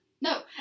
No